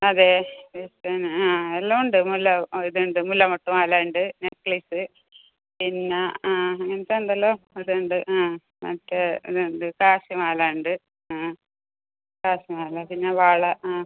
അതെ ഡിസൈന് ആ എല്ലാം ഉണ്ട് മുല്ല ആ ഇത് ഉണ്ട് മുല്ലമൊട്ട് മാല ഉണ്ട് നെക്ലേസ് പിന്നെ ആ ഇങ്ങനത്തെ എന്തല്ലോ അത് ഉണ്ട് ആ മറ്റേ ഇത് ഉണ്ട് കാശിമാല ഉണ്ട് ആ കാശിമാല പിന്നെ വള ആ